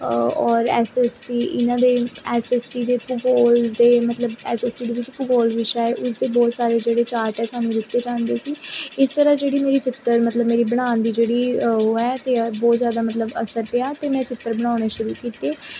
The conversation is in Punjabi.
ਔਰ ਐਸਐਸਟੀ ਇਹਨਾਂ ਦੇ ਐਸਐਸਟੀ ਦੇ ਭੂਗੋਲ ਦੇ ਮਤਲਬ ਐਸਐਸਟੀ ਦੇ ਵਿੱਚ ਭੂਗੋਲ ਵਿਸ਼ਾ ਉਸਦੇ ਬਹੁਤ ਸਾਰੇ ਜਿਹੜੇ ਚਾਰਟ ਸਾਨੂੰ ਦਿੱਤੇ ਜਾਂਦੇ ਸੀ ਇਸ ਤਰ੍ਹਾਂ ਜਿਹੜੀ ਮੇਰੀ ਚਿੱਤਰ ਮਤਲਬ ਮੇਰੀ ਬਣਾਉਣ ਦੀ ਜਿਹੜੀ ਉਹ ਹੈ ਅਤੇ ਬਹੁਤ ਜ਼ਿਆਦਾ ਮਤਲਬ ਅਸਰ ਪਿਆ ਅਤੇ ਮੈਂ ਚਿੱਤਰ ਬਣਾਉਣੇ ਸ਼ੁਰੂ ਕੀਤੇ